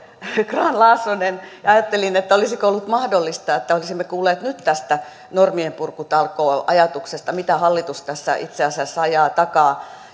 grahn laasonen ja ajattelin olisiko ollut mahdollista että olisimme kuulleet nyt tästä normienpurkutalkooajatuksesta että mitä hallitus tässä itse asiassa ajaa takaa